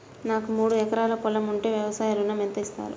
నాకు మూడు ఎకరాలు పొలం ఉంటే వ్యవసాయ ఋణం ఎంత ఇస్తారు?